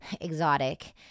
exotic